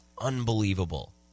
unbelievable